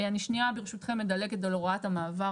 אני שנייה ברשותכם מדלגת על הוראת המעבר,